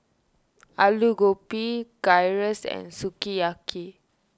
Alu Gobi Gyros and Sukiyaki